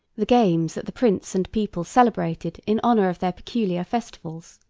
the games that the prince and people celebrated in honor of their peculiar festivals.